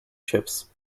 chips